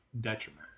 detriment